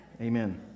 Amen